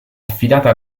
affidata